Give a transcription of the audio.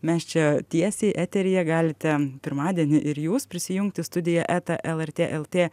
mes čia tiesiai eteryje galite pirmadienį ir jūs prisijungti studija eta lrt lt